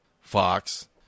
Fox